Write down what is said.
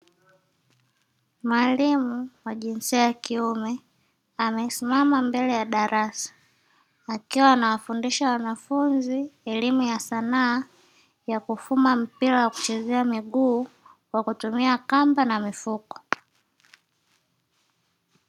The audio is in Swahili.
Maalimu wa jinsia ya kiume amesimama mbele ya darasa, akiwa anawafundisha wanafunzi elimu ya sanaa ya kufuma mpira wa kuchezea miguu kwa kutumia kamba na mifuko.